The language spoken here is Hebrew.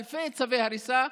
אלפי צווי הריסה.